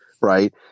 right